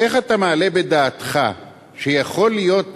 איך אתה מעלה בדעתך שיכולה להיות